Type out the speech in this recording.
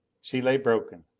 she lay broken,